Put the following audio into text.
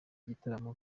gitaramo